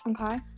Okay